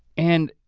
and